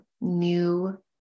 new